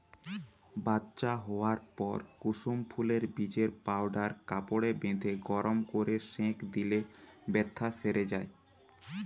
বাচ্চা হোয়ার পর কুসুম ফুলের বীজের পাউডার কাপড়ে বেঁধে গরম কোরে সেঁক দিলে বেথ্যা সেরে যায়